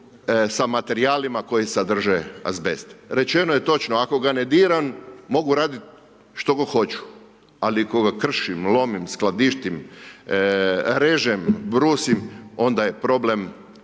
sa materijalima koji sadrže azbest. Rečeno je točno, ako ga ne diram mogu raditi što god hoću. Ali ako ga kršim, lomim, skladištim, režem, brusim onda je problem